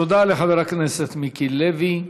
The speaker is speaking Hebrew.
תודה לחבר הכנסת מיקי לוי.